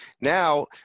Now